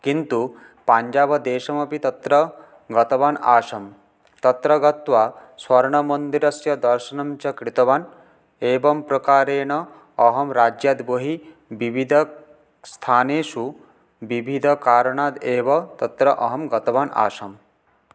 किन्तु पञ्जाबदेशमपि तत्र गतवानासं तत्र गत्वा स्वर्णमन्दिरस्य दर्शनं च कृतवान् एवं प्रकारेण अहं राज्यात् बहिः विविधस्थानेषु विविधकारणादेव तत्र अहं गतवान् आसम्